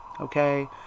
Okay